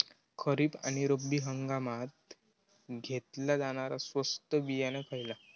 खरीप आणि रब्बी हंगामात घेतला जाणारा स्वस्त बियाणा खयला?